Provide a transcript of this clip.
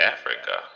Africa